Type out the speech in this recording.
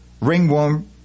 ringworm